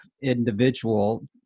individual –